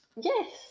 Yes